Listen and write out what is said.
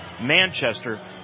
Manchester